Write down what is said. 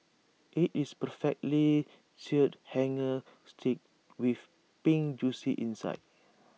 IT is perfectly Seared Hanger Steak with pink Juicy insides